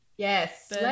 Yes